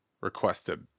requested